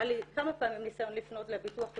היו לי כמה פעמים ניסיונות לפנות לביטוח לאומי,